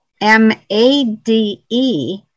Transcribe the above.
m-a-d-e